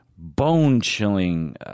bone-chilling